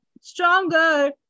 Stronger